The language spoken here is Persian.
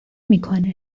میکنه